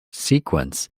sequence